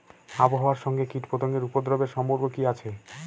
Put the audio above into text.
আবহাওয়ার সঙ্গে কীটপতঙ্গের উপদ্রব এর সম্পর্ক কি আছে?